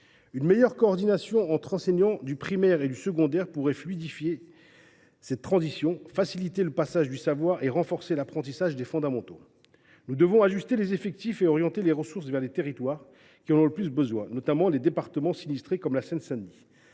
Une meilleure coordination entre enseignants du primaire et du secondaire permettrait de fluidifier cette transition, de faciliter le passage du savoir et de renforcer l’apprentissage des fondamentaux. Nous devons ajuster les effectifs et orienter les ressources vers les territoires qui en ont le plus besoin, notamment les départements sinistrés comme la Seine Saint Denis.